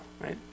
right